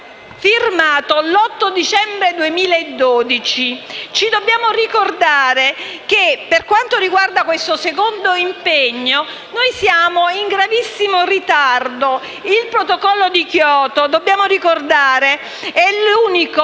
il Protocollo di Kyoto è l'unico